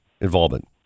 involvement